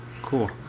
cool